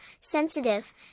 sensitive